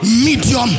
medium